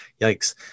yikes